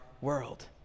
world